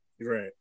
Right